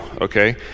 okay